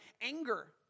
anger